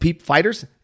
fighters